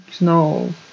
no